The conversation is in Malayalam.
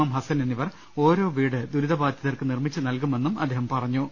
എം ഹസൻ എന്നി വർ ഓരോ വീട് ദുരിതബാധിതർക്ക് നിർമ്മിച്ചുനൽകുമെന്നും അദ്ദേഹം പറഞ്ഞു